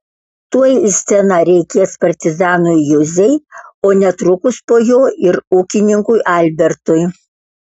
tuoj į sceną reikės partizanui juzei o netrukus po jo ir ūkininkui albertui